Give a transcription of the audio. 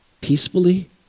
peacefully